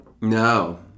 no